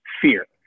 fear